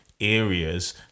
areas